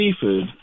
Seafood